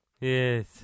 Yes